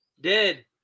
dead